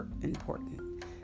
important